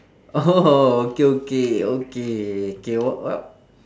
okay okay okay K what what